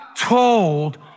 told